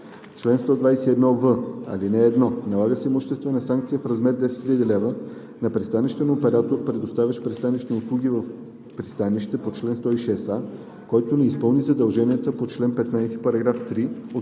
Чл. 121в. (1) Налага се имуществена санкция в размер 10 000 лв. на пристанищен оператор, предоставящ пристанищни услуги в пристанище по чл. 106а, който не изпълни задължение по чл. 15, параграф 3 от